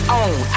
own